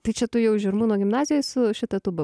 tai čia tu jau žirmūnų gimnazijoj su šita tūba